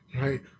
right